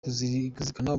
perezida